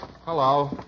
Hello